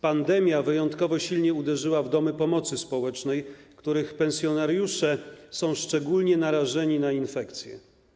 Pandemia wyjątkowo silnie uderzyła w domy pomocy społecznej, których pensjonariusze są szczególnie narażeni na infekcję.